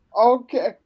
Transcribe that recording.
Okay